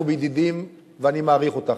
אנחנו ידידים ואני מעריך אותך,